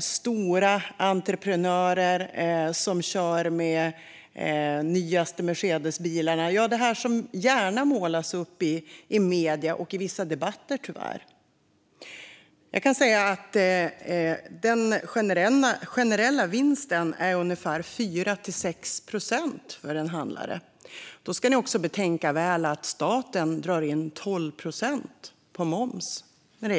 stora entreprenörer som kör med de nyaste Mercedesbilarna, vilket vissa tyvärr gärna målar upp i medier och debatter. Den generella vinsten är ungefär 4-6 procent för en handlare. Då ska ni också betänka väl att staten drar in 12 procent i moms på mat.